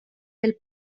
del